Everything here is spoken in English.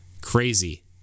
Crazy